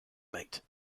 mate